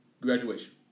Graduation